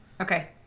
okay